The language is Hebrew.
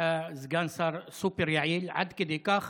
את סגן שר סופר-יעיל, עד כדי כך